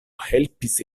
helpis